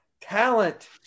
talent